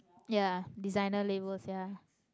ya designer labels ya